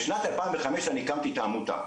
בשנת 2005 אני הקמתי את העמותה,